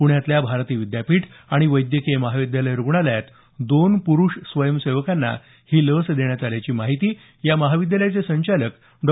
पुण्यातल्या भारती विद्यापीठ आणि वैद्यकीय महाविद्यालय रुग्णालयात दोन प्रुष स्वयंसेवकांना ही लस देण्यात आल्याची माहिती या महाविद्यालयाचे संचालक डॉ